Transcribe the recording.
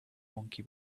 monkey